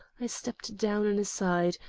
i stepped down and aside,